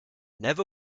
never